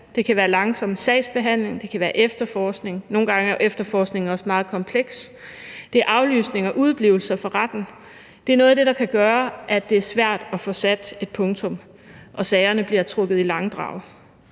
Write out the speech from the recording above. Det kan være langsom sagsbehandling, det kan være efterforskning, og nogle gange er efterforskningen også meget kompleks, og det kan være aflysninger og udeblivelser fra retten, som kan være noget af det, der kan gøre, at det er svært at få sat et punktum og sagerne bliver trukket i langdrag.